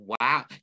wow